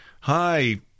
hi